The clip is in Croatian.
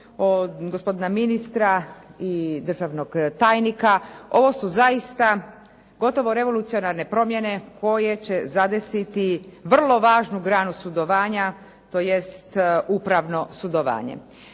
od gospodina ministra i državnog tajnika, ovo su zaista, gotovo revolucionarne promjene koje će zadesiti vrlo važnu granu sudovanja, tj. upravno sudovanje.